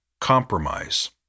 compromise